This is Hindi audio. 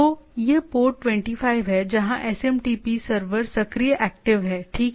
तो यह पोर्ट 25 है जहां एसएमटीपी सर्वर सक्रिय एक्टिव है ठीक है